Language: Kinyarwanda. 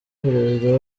perezida